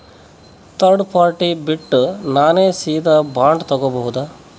Third party ಬಿಟ್ಟು ನಾನೇ ಸೀದಾ ಬಾಂಡ್ ತೋಗೊಭೌದಾ?